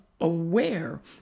aware